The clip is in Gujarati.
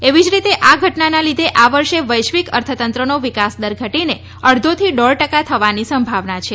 એવી જ રીતે આ ઘટનાના લીધે આ વર્ષે વૈશ્વિક અર્થતંત્રનો વિકાસદર ઘટીને અડધોથી દોઢ ટકા થવાની સંભાવના છે